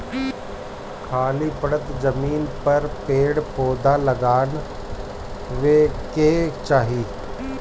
खाली पड़ल जमीन पर पेड़ पौधा लगावे के चाही